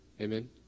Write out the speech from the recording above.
Amen